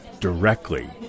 directly